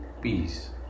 peace